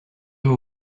who